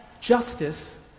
justice